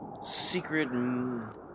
Secret